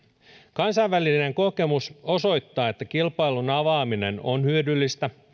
kansainvälinen kokemus osoittaa että kilpailun avaaminen on hyödyllistä